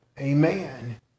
Amen